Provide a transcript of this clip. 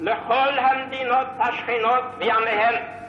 לכל המדינות השכנות ועמיהן,